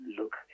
look